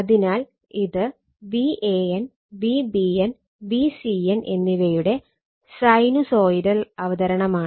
അതിനാൽ ഇത് Van Vbn Vcn എന്നിവയുടെ സൈനുസോയിടൽ അവതരണമാണ്